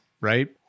Right